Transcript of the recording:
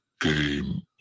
Game